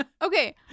Okay